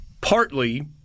partly